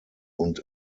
und